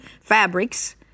fabrics